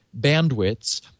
bandwidths